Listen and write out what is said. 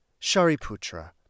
Shariputra